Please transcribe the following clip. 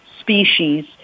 species